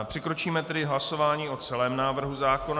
Přikročíme tedy k hlasování o celém návrhu zákona.